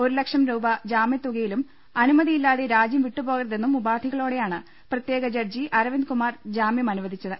ഒരു ലക്ഷം രൂപ ജാമൃത്തുകയിലും അനുമതി യില്ലാതെ രാജ്യം വിട്ടുപോകരുതെന്നും ഉപാധികളോടെയാണ് പ്രത്യേക ജഡ്ജി അരവിന്ദ് കുമാർ ജാമ്യം അനുവദിച്ചത്